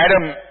Adam